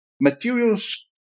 materials